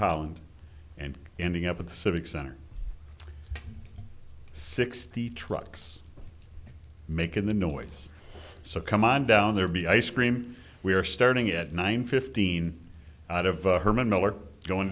holland and ending up at the civic center sixty trucks making the noise so come on down there be ice cream we are starting at nine fifteen out of herman